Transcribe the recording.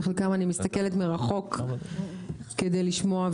בחלקן אני מסתכלת מרחוק כדי לשמוע.